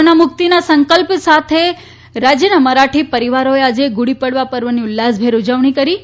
corona મુકિતના સંકલ્પ સમયે રાજયના મરાઠી પરીવારો એ આજે ગુડી પડવા પર્વની ઉલ્લાસભેર ઉજવણી કરી છે